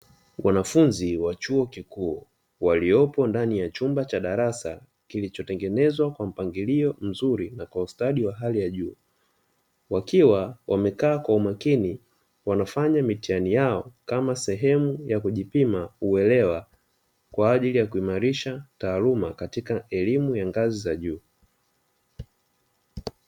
Wanafunzi wa chuo kikuu waliopo ndani ya chumba cha darasa kilichotengenezwa kwa mpangilio mzuri, katika ustadi wa hali ya juu wakiwa wamekaa kwa umakini wanafanya mitihani yao kama sehemu ya kujipima uelewa kwa ajili ya kuimarisha taaluma katika elimu ya ngazi za juu.